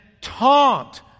taunt